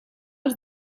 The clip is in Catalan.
els